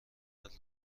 دارد